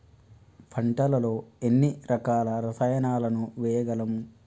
పంటలలో ఎన్ని రకాల రసాయనాలను వేయగలము?